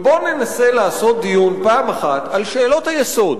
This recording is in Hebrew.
ובואו ננסה לעשות דיון, פעם אחת, על שאלות היסוד.